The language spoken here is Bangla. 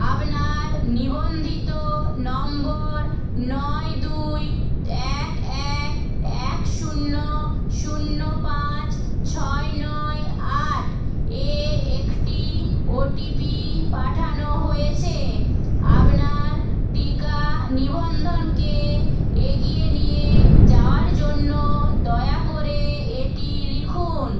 আপনার নিবন্ধিত নম্বর নয় দুই এক এক এক শূন্য শূন্য পাঁচ ছয় নয় আট এ একটি ওটিপি পাঠানো হয়েছে আপনার টিকা নিবন্ধনকে এগিয়ে নিয়ে যাওয়ার জন্য দয়া করে এটি লিখুন